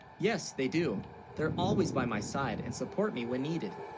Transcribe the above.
yes they, do they're, always, by, my side and support, me when needed